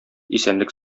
исәнлек